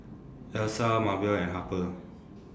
Elsa Maebell and Harper